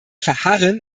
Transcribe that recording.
verharren